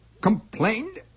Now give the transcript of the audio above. complained